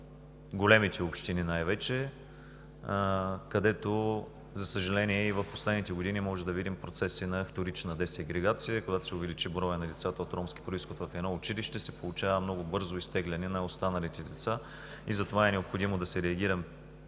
в големите общини, където, за съжаление, и в последните години можем да видим процеси на вторична сегрегация, когато се увеличи броят на децата от ромски произход в едно училище, се получава много бързо изтегляне на останалите деца. И затова е необходимо да се реагира